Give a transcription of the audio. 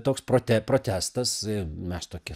toks prote protestas mes tokie